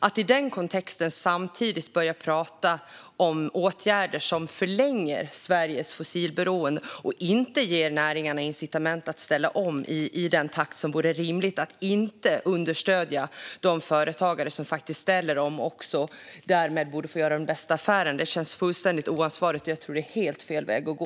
Att i den kontexten samtidigt börja prata om åtgärder som förlänger Sveriges fossilberoende och inte ger näringarna incitament att ställa om i den takt som vore rimlig, att inte understödja de företagare som faktiskt ställer om och därmed borde få göra de bästa affärerna, känns fullständigt oansvarigt. Jag tror att det är helt fel väg att gå.